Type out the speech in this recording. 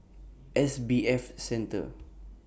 S B F Center